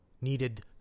needed